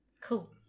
cool